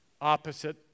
opposite